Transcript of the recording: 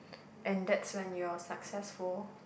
and that's when you're successful